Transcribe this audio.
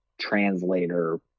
translator